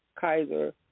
Kaiser